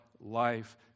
life